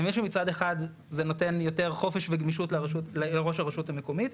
האמת שמצד אחד זה נותן יותר חופש וגמישות לראש הראשות המקומית.